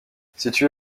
situé